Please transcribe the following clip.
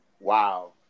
Wow